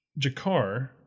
Jakar